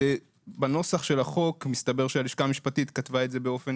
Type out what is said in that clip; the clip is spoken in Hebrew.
בנוסח החוק מסתבר שהלשכה המשפטית כתבה את זה באופן